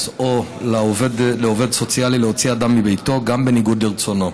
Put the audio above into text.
או לעובד סוציאלי להוציא אדם מביתו גם בניגוד לרצונו.